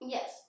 Yes